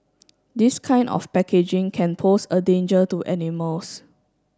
this kind of packaging can pose a danger to animals